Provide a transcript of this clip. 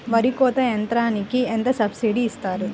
వరి కోత యంత్రంకి ఎంత సబ్సిడీ ఇస్తారు?